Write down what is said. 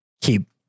keep